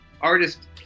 artist